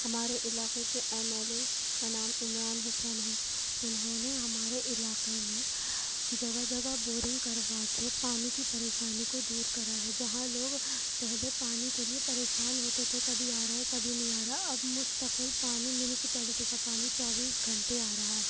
ہمارے علاقے کے ایم ایل اے کا نام عمران حسین ہے انہوں نے ہمارے علاقے میں جگہ جگہ بورنگ کروا کے پانی کی پریشانی کو دور کرا ہے جہاں لوگ پہلے پانی کے لئے پریشان ہوتے تھے کبھی آ رہا ہے کبھی نہیں آ رہا ہے اب مستقل پانی میونسپلٹی کا پانی چوبیس گھنٹے آ رہا ہے